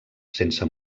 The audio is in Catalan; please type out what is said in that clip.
sense